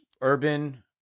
urban